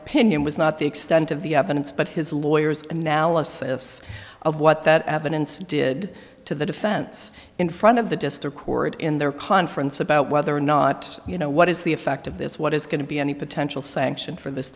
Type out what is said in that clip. opinion was not the extent of the evidence but his lawyers analysis of what that evidence did to the defense in front of the just accord in their conference about whether or not you know what is the effect of this what is going to be any sanction for this